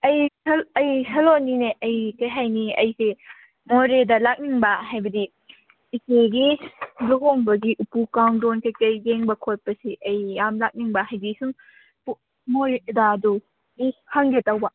ꯑꯩ ꯑꯩ ꯁꯂꯣꯅꯤꯅꯦ ꯑꯩ ꯀꯔꯤ ꯍꯥꯏꯅꯤ ꯑꯩꯁꯤ ꯃꯣꯔꯦꯗ ꯂꯥꯛꯅꯤꯡꯕ ꯍꯥꯏꯕꯗꯤ ꯏꯆꯦꯒꯤ ꯂꯨꯍꯣꯡꯕꯒꯤ ꯎꯄꯨ ꯀꯥꯡꯊꯣꯟ ꯀꯔꯤ ꯀꯔꯤ ꯌꯦꯡꯕ ꯈꯣꯠꯄꯁꯤ ꯑꯩ ꯌꯥꯝ ꯂꯥꯛꯅꯤꯡꯕ ꯍꯥꯏꯗꯤ ꯁꯨꯝ ꯃꯣꯔꯦꯗ ꯑꯗꯨ ꯕꯨ ꯍꯪꯒꯦ ꯇꯧꯕ